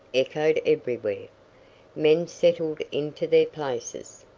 echoed everywhere. men settled into their places.